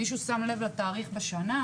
מישהו שם לב לתאריך בשנה,